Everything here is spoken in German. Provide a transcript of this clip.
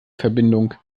verbindung